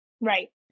Right